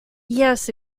yes